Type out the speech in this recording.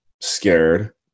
scared